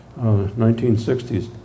1960s